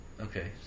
Okay